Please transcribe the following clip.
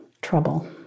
trouble